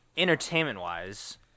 Entertainment-wise